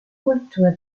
kultur